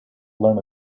learn